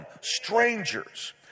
strangers